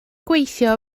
gweithio